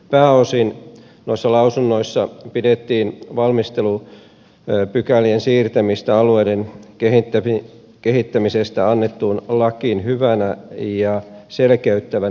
pääosin noissa lausunnoissa pidettiin valmistelupykälien siirtämistä alueiden kehittämisestä annettuun lakiin hyvänä ja selkeyttävänä ratkaisuna